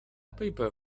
paper